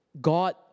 God